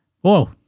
Whoa